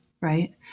right